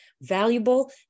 valuable